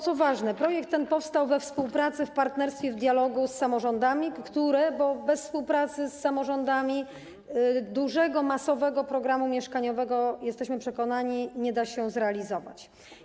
Co ważne, projekt ten powstał we współpracy, w partnerstwie, w dialogu z samorządami, bo bez współpracy z samorządami dużego, masowego programu mieszkaniowego, jesteśmy o tym przekonani, nie da się zrealizować.